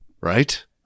Right